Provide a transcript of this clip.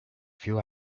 few